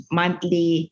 monthly